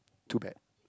too bad